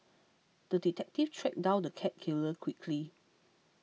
the detective tracked down the cat killer quickly